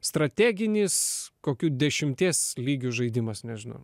strateginis kokių dešimties lygių žaidimas nežinau